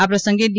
આ પ્રસંગે ડી